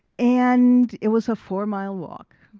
and it was a four-mile walk.